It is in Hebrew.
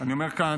שאני אומר כאן,